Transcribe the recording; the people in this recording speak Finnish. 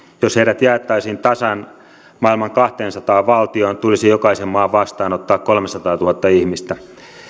jos heidät jaettaisiin tasan maailman kahteensataan valtioon tulisi jokaisen maan vastaanottaa kolmesataatuhatta ihmistä